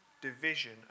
division